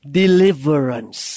deliverance